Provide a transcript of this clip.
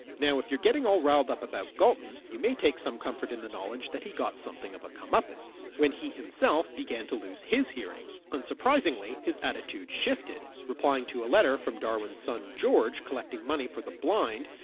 now if you're getting all riled up about galton, you can take some comfort in the knowledge that he got something of a comeuppance, when he himself began to lose his hearing. unsurprisingly his attitude shifted, replying to a letter from darwin's son george collecting money for the blind,